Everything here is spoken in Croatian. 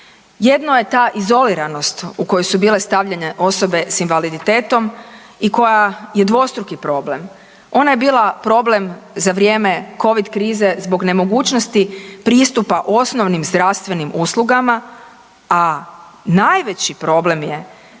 Jedno je ta izoliranost u kojoj su bile stavljene osobe s invaliditetom i koja je dvostruki problem. Ona je bila problem za vrijeme Covid krize zbog nemogućnosti pristupa osnovnim zdravstvenim uslugama, a najveći problem je